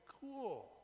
cool